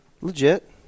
legit